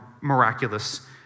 miraculous